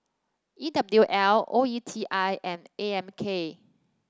E W L O E T I and A M K